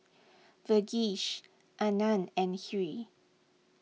Verghese Anand and Hri